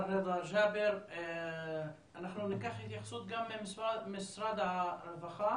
אנחנו ניקח התייחסות גם ממשרד הרווחה,